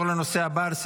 42 בעד,